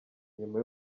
nyuma